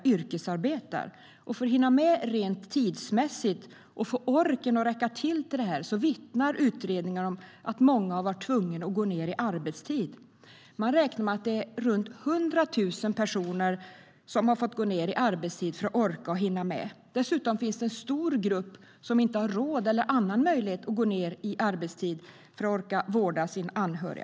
Utredningar vittnar om att många har varit tvungna att gå ned i arbetstid för att hinna med tidsmässigt och få orken att räcka till. Man räknar med att runt 100 000 personer har fått gå ned i arbetstid. Dessutom finns det en stor grupp som inte har råd eller annan möjlighet att gå ned i arbetstid för att orka vårda en anhörig.